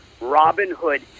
Robinhood